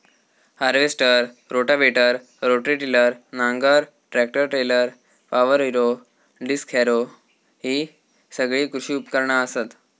harvester, rotavator, rotary tiller, नांगर, tractor trailer, power harrow, disc harrow हि सगळी कृषी उपकरणा असत